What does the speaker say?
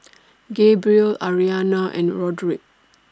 Gabriel Aryana and Roderic